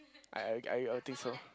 I I I'll think so